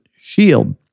shield